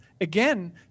again